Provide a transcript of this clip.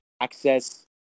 access